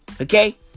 Okay